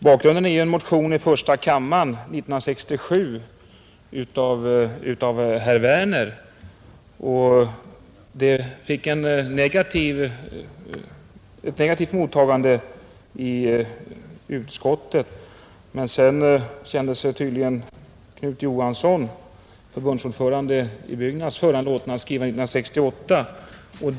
Bakgrunden är ju en motion i första kammaren 1967 av herr Werner. Den fick ett negativt mottagande i utskottet, men sedan kände sig tydligen Knut Johansson, förbundsordförande i Byggnads, föranlåten att skriva en motion 1968.